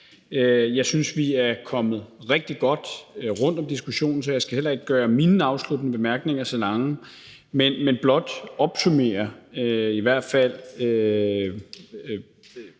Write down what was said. Jeg synes, at vi er kommet rigtig godt rundt om diskussionen, så jeg skal heller ikke gøre mine afsluttende bemærkninger så lange, men blot opsummere i hvert fald